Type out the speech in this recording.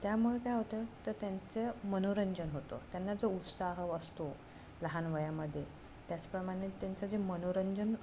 त्यामुळे काय होतं तर त्यांचं मनोरंजन होतं त्यांना जो उत्साह असतो लहान वयामध्ये त्याचप्रमाणे त्यांचं जे मनोरंजन